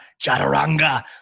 chaturanga